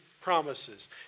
promises